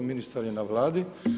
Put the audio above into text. Ministar je na Vladi.